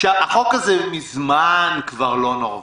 החוק הזה כבר מזמן לא נורווגי,